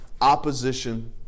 opposition